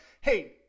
hey